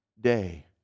day